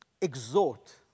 Exhort